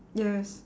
yes